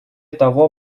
того